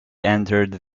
entered